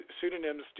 pseudonyms